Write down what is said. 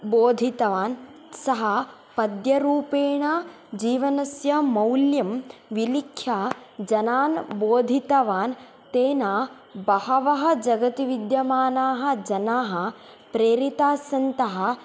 बोधितवान् सः पद्यरूपेण जीवनस्य मौल्यं विलिख्य जनान् बोधितवान् तेन बहवः जगति विद्यमानाः जनाः प्रेरितास्सन्तः